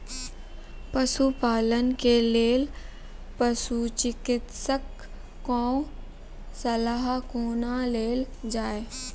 पशुपालन के लेल पशुचिकित्शक कऽ सलाह कुना लेल जाय?